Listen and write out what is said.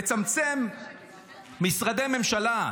לצמצם משרדי הממשלה,